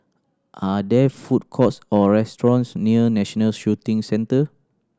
are there food courts or restaurants near National Shooting Centre